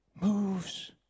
moves